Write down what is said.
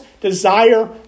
desire